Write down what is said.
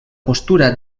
postura